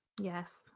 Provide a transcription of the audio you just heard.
Yes